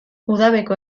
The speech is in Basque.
udabeko